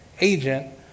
agent